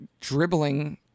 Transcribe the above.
dribbling